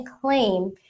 claim